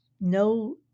no